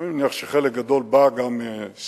אני מניח שחלק גדול בא מהסביבה,